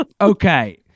Okay